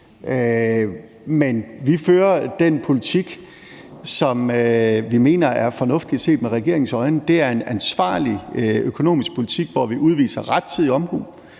men vi fører den politik, som vi, set med regeringens øjne, mener er fornuftig. Det er ansvarlig økonomisk politik, hvor vi udviser rettidig omhu,